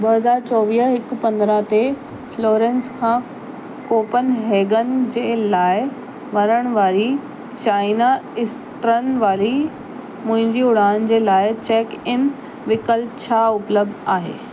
ॿ हज़ार चोवीह हिकु पंद्राहं ते फ्लोरेंस खां कोपनहेगन जे लाइ वञण वारी चाइना इस्टर्न वारी मुंहिंजी उड़ान जे लाइ चेकइन विकल्प छा उपलब्ध आहे